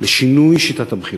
לשינוי שיטת הבחירות,